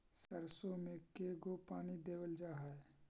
सरसों में के गो पानी देबल जा है?